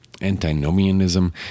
antinomianism